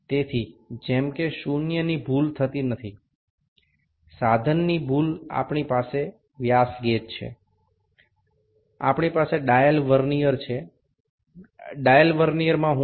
সুতরাং যাতে শূন্য ত্রুটি না ঘটে যান্ত্রিক ত্রুটি না ঘটে সেই জন্য আমাদের ডায়ামিটার গেজ ও ডায়াল ভার্নিয়ার আছে